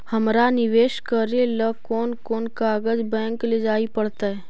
हमरा निवेश करे ल कोन कोन कागज बैक लेजाइ पड़तै?